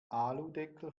aludeckel